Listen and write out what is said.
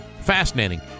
Fascinating